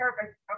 perfect